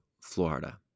Florida